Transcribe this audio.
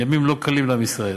ימים לא קלים לעם ישראל.